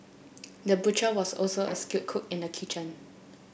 the butcher was also a skilled cook in the kitchen